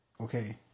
Okay